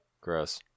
Gross